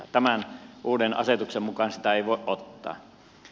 tämän uuden asetuksen mukaan sitä ei voi ottaa